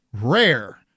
rare